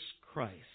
Christ